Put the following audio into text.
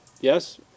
Yes